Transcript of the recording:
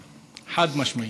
חד-משמעית.